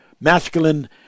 masculine